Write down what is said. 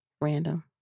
random